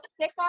sick